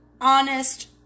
honest